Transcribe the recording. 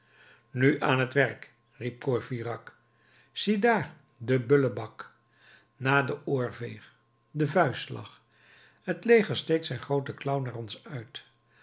nu aan t werk riep courfeyrac ziedaar den bullebak na den oorveeg de vuistslag het leger steekt zijn grooten klauw naar ons uit